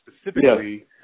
specifically